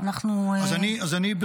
אז אני,